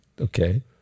okay